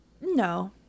no